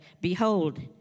behold